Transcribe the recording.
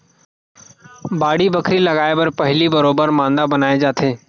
बाड़ी बखरी लगाय बर पहिली बरोबर मांदा बनाए जाथे